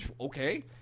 okay